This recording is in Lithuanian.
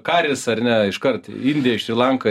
karis ar ne iškart indija ir šri lanka